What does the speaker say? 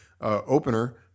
opener